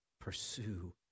Pursue